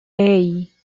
hey